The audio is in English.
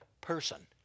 person